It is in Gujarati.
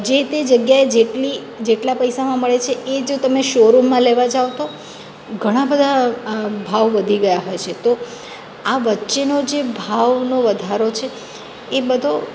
જે તે જગ્યાએ જેટલી જેટલા પૈસામાં મળે છે એ જો તમે શો રૂમમાં લેવા જાઓ તો ઘણા બધા આ ભાવ વધી ગયા હોય છે તો આ વચ્ચેનો જે ભાવનો વધારો છે એ બધો